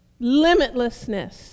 limitlessness